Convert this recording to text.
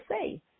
say